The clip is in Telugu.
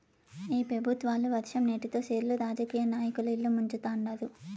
ఈ పెబుత్వాలు వర్షం నీటితో సెర్లు రాజకీయ నాయకుల ఇల్లు ముంచుతండారు